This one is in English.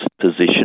position